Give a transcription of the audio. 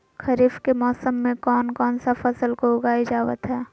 खरीफ के मौसम में कौन कौन सा फसल को उगाई जावत हैं?